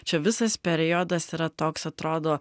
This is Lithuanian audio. čia visas periodas yra toks atrodo